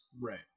Right